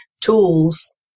tools